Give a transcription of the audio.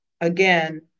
again